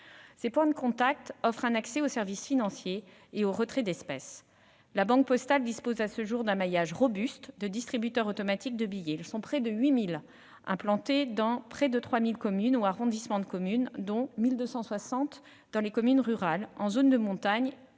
Ces points de contact offrent un accès aux services financiers et au retrait d'espèces. La Banque postale dispose à ce jour d'un maillage robuste de distributeurs automatiques de billets : ces derniers sont près de 8 000, implantés dans près de 3 000 communes ou arrondissements de communes, dont 1 260 dans les communes rurales, en zone de montagne ou de